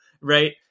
right